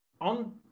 On